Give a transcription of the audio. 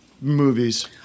movies